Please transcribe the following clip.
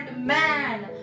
man